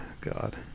god